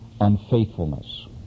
unfaithfulness